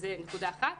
שזו נקודה אחת.